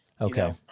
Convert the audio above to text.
Okay